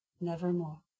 nevermore